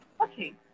okay